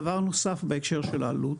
דבר נוסף בהקשר של העלות,